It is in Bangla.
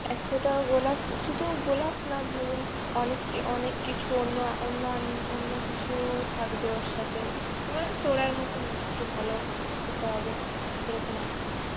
একশোটা গোলাপ শুধু গোলাপ না ধরুন অনেক অনেক কিছু অন্য অন্যান্য অন্য কিছুও থাকবে ওর সাথে মানে তোড়ার মতন আর কি একটু ভালো হতে হবে এরকম আর কি